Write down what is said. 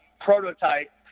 Prototype